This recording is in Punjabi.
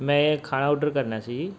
ਮੈਂ ਖਾਣਾ ਔਰਡਰ ਕਰਨਾ ਸੀ